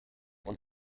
und